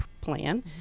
plan